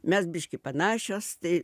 mes biškį panašios tai